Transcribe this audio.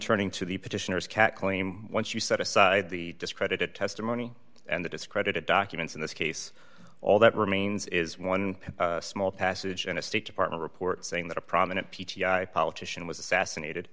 turning to the petitioners kat claim once you set aside the discredited testimony and the discredited documents in this case all that remains is one small passage in a state department report saying that a prominent p t i politician was assassinated